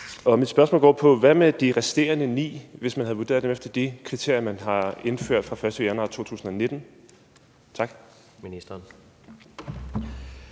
Mit spørgsmål går på følgende: Hvad med de resterende 9, hvis man havde vurderet dem efter de kriterier, man har indført fra den 1. januar 2019? Tak.